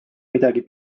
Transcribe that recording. midagi